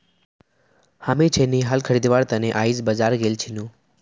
हामी छेनी हल खरीदवार त न आइज बाजार गेल छिनु